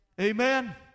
Amen